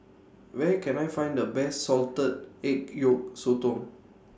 Where Can I Find The Best Salted Egg Yolk Sotong